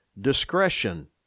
discretion